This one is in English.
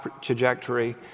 trajectory